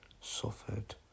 suffered